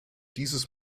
dieses